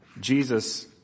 Jesus